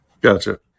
Gotcha